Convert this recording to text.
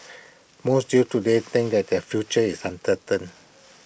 most youths today think that their future is uncertain